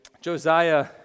Josiah